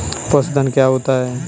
पशुधन क्या होता है?